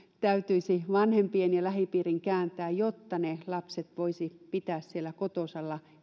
täytyisi vanhempien ja lähipiirin kääntää jotta ne lapset voisi pitää siellä kotosalla